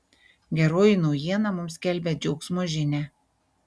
geroji naujiena mums skelbia džiaugsmo žinią